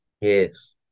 yes